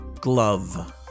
glove